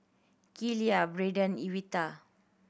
Keila Brenden Evita